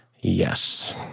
Yes